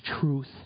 truth